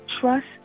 trust